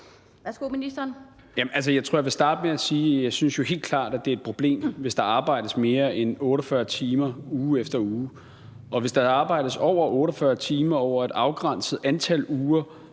jeg jo helt klart synes, at det er et problem, hvis der arbejdes mere end 48 timer uge efter uge. Hvis der arbejdes over 48 timer over et afgrænset antal uger